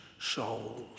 souls